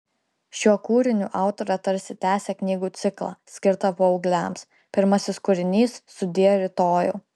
šiuo kūriniu autorė tarsi tęsia knygų ciklą skirtą paaugliams pirmasis kūrinys sudie rytojau